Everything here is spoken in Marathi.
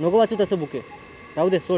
नको वाचू तसं बुक ए राहू दे सोड